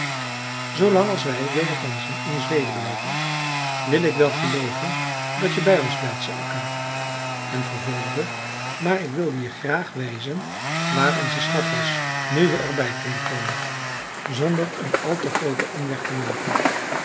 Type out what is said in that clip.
zoolang als wij wilde ganzen in zweden blijven wil ik wel gelooven dat je bij ons blijft zei akka en vervolgde maar ik wilde je graag wijzen waar de schat was nu we er bij konden komen zonder een al te grooten omweg te maken